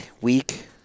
week